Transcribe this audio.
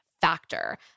Factor